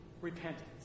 repentance